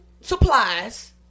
supplies